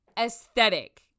aesthetic